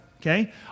okay